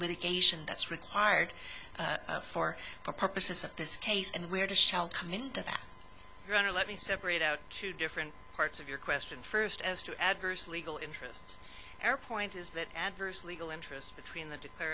litigation that's required for the purposes of this case and where to shall come into your honor let me separate out two different parts of your question first as to adverse legal interests air point is that adverse legal interest between the declar